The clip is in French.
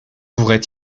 pourrait